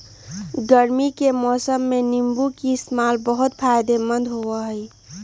गर्मी के मौसम में नीम्बू के इस्तेमाल बहुत फायदेमंद होबा हई